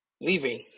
leaving